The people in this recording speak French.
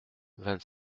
vingt